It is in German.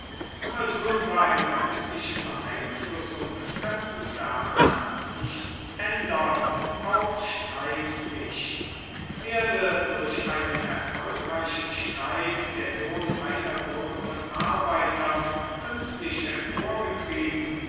versuche einer künstlichen beeinflussung könnten daran nichts ändern auch streiks nicht werde durch einen erfolgreichen streik der lohn einer gruppe von arbeitern künstlich